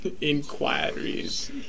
inquiries